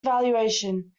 evaluation